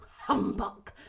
humbug